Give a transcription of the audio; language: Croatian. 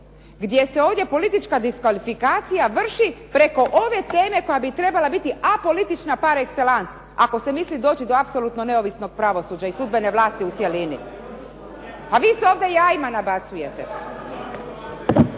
gdje se ovdje politička diskvalifikacija vrši preko ove teme koja bi treba biti apolitična par excellence, ako se misli doći do apsolutno neovisnog pravosuđa i sudbene vlasti u cjelini. A vi se ovdje jajima nabacujete.